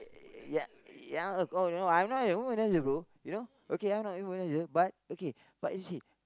ya ya oh oh no I'm not a womanizer bro you know okay ah I'm not a womanizer but okay but you see